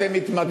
אתם מתמקחים.